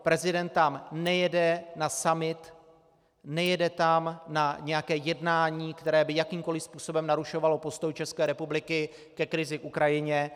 Prezident tam nejede na summit, nejede tam na nějaké jednání, které by jakýmkoliv způsobem narušovalo postoj České republiky ke krizi k Ukrajině.